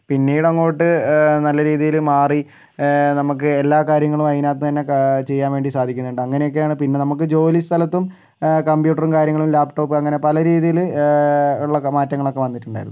പിന്നീടങ്ങോട്ട് നല്ല രീതിയില് മാറി നമക്ക് എല്ലാ കാര്യങ്ങളും അതിനകത്ത് നിന്ന് തന്നെ ചെയ്യാൻ വേണ്ടി സാധിക്കുന്നുണ്ട് അങ്ങനെയൊക്കെയാണ് പിന്നെ നമുക്ക് ജോലി സ്ഥലത്തും കമ്പ്യൂട്ടറും കാര്യങ്ങളും ലാപ് ടോപ്പും അങ്ങനെ പല രീതിയില് ഉള്ള മാറ്റങ്ങളൊക്കെ വന്നിട്ടുണ്ടായിരുന്നു